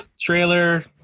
trailer